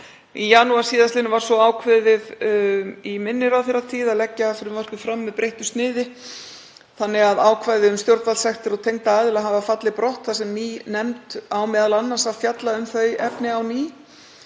Í janúar síðastliðnum var svo ákveðið, í minni ráðherratíð, að leggja frumvarpið fram með breyttu sniði þannig að ákvæði um stjórnvaldssektir og tengda aðila hafa fallið brott þar sem ný nefnd á m.a. að fjalla um þau efni á ný.